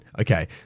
Okay